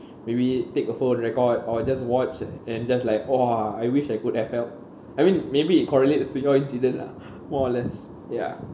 maybe take a phone to record or just watch and just like !wah! I wish I could have help I mean maybe it correlates to your incident lah more or less ya